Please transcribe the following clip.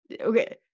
Okay